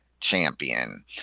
champion